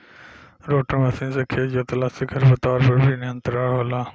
rotor machine से खेत जोतला से खर पतवार पर भी नियंत्रण होला